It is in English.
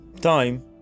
time